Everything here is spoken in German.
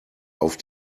auf